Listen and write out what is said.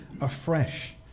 afresh